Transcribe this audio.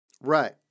Right